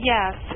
Yes